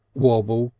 wabble.